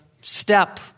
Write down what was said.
step